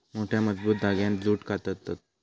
मोठ्या, मजबूत धांग्यांत जूट काततत